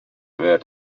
were